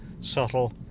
subtle